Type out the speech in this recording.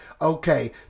okay